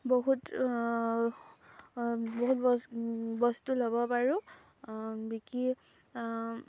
বহুত বহুত বস্তু ল'ব পাৰোঁ বিকি